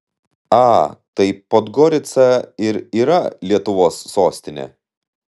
a tai podgorica ir yra lietuvos sostinė